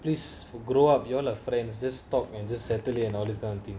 please grow up you warn her friends you just stop and settle it all this kind of thing